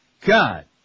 God